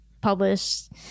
published